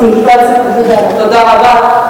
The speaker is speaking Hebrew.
תודה רבה.